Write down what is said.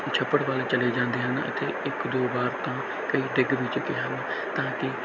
ਛੱਪੜ ਵੱਲ ਚਲੇ ਜਾਂਦੇ ਹਨ ਅਤੇ ਇੱਕ ਦੋ ਵਾਰ ਤਾਂ ਕਈ ਡਿੱਗ ਵੀ ਚੁੱਕੇ ਹਨ ਤਾਂ ਕਿ